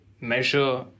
measure